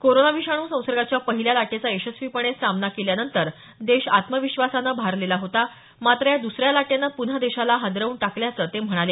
corona विषाणू संसर्गाच्या पहिल्या लाटेचा यशस्वीपणे सामना केल्यानंतर देश आत्मविश्वासानं भारलेला होता मात्र या द्सऱ्या लाटेनं पुन्हा देशाला हादरवून टाकल्याचं ते म्हणाले